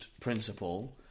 principle